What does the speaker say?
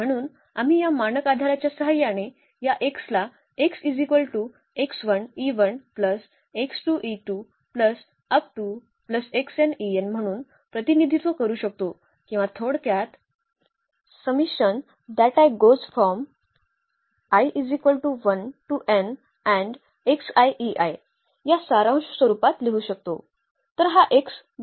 म्हणून आम्ही या मानक आधाराच्या सहाय्याने या x ला म्हणून प्रतिनिधित्व करू शकतो किंवा थोडक्यात या सारांश स्वरूपात लिहू शकतो